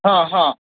हां हां